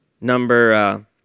number